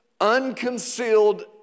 unconcealed